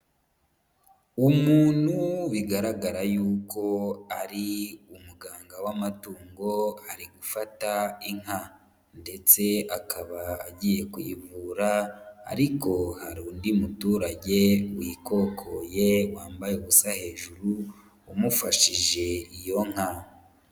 Umuntu bigaragara yuko ari umuganga w'amatungo ari gufata inka, ndetse akaba agiye kuyivura ariko hari undi muturage wikokoye wambaye ubusa hejuru, umufashije iyo nka.